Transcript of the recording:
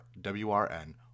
WRN